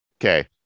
Okay